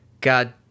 God